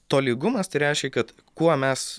tolygumas tai reiškia kad kuo mes